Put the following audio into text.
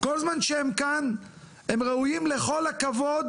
כל זמן שהם כאן הם ראויים לכל הכבוד